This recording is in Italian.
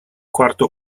quarto